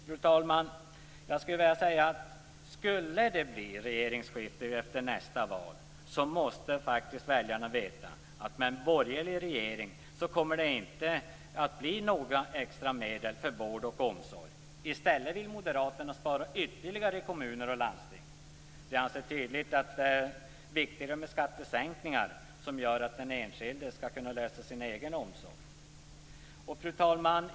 Fru talman! Skulle det bli regeringsskifte efter nästa val måste faktiskt väljarna veta att med en borgerlig regering kommer det inte att bli några extra medel för vård och omsorg. I stället vill moderaterna spara ytterligare i kommuner och landsting. De anser tydligen att det är viktigare med skattesänkningar som gör att den enskilde kan lösa problemen med sin egen omsorg. Fru talman!